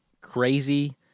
crazy